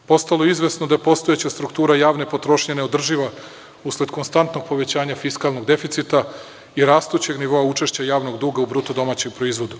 Postalo je izvesno da postojeća struktura javne potrošnje je neodrživa usled konstantnog povećanja fiskalnog deficita i rastućeg nivoa učešća javnog duga u BDP.